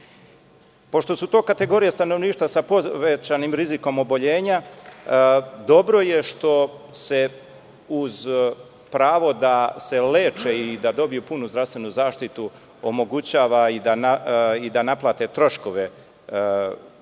su to kategorije stanovništva sa povećanim rizikom oboljenja, dobro je što se uz pravo da se leče i da dobiju punu zdravstvenu zaštitu, omogućava i da naplate troškove prevoza